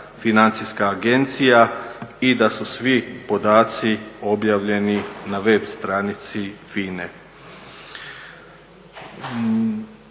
Financijska agencija i da su svi podaci objavljeni na web stranici FINA-e.